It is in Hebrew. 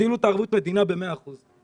תגדילו את ערבות המדינה במאה אחוז.